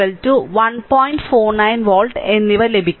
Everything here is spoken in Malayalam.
491 വോൾട്ട് എന്നിവ ലഭിക്കും